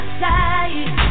side